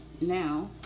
now